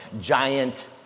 giant